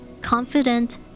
confident